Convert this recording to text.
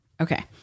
okay